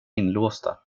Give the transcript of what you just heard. inlåsta